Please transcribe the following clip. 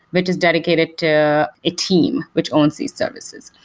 which is dedicated to a team which owns these services.